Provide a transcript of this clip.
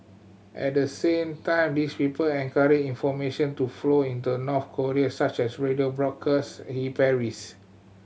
at the same time these people encourage information to flow into North Korea such as radio broadcasts he parries